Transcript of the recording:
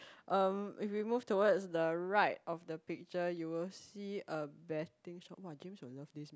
um if we move towards the right of the picture you will see a betting shop !wah! James will love this man